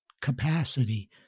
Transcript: capacity